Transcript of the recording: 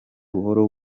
buhoro